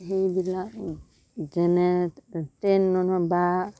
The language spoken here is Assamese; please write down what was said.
সেইবিলাক যেনে ট্ৰেইনত বা